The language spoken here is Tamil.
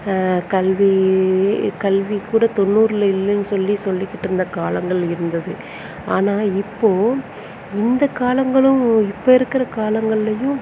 கல்வி கல்வி கூட தொண்ணூறில் இல்லைனு சொல்லி சொல்லிக்கிட்டுருந்த காலங்கள் இருந்தது ஆனால் இப்போது இந்த காலங்களும் இப்போ இருக்கிற காலங்கள்லேயும்